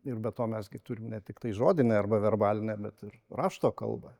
ir be to mes gi turim ne tiktai žodinę arba verbalinę bet ir rašto kalbą